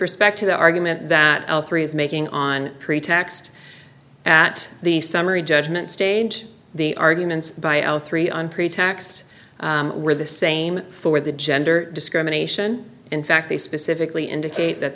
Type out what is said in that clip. respect to the argument that all three is making on a pretext at the summary judgment stage the arguments by all three on pretext were the same for the gender discrimination in fact they specifically indicate that